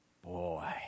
Boy